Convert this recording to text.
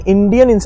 Indian